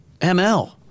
ML